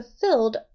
fulfilled